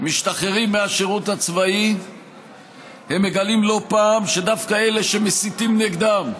משתחררים מהשירות הצבאי הם מגלים לא פעם שדווקא אלה שמסיתים נגדם,